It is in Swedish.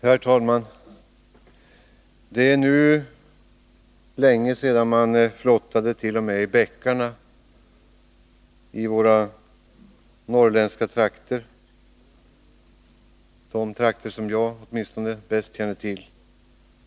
Herr talman! Det är nu länge sedan man flottade t.o.m. i bäckarna i våra norrländska trakter, de trakter som jag bäst känner till.